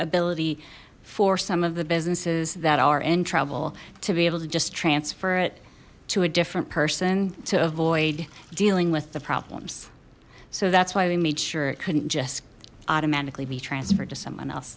ability for some of the businesses that are in trouble to be able to just transfer it to a different person to avoid dealing with the problems so that's why we made sure it couldn't just automatically be transferred to someone else